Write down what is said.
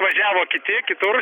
važiavo kiti kitur